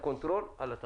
קונטרול על התחרות.